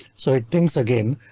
so it thinks again,